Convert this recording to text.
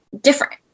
different